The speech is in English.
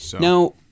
Now